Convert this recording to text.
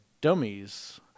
dummies